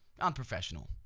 unprofessional